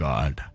God